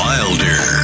Wilder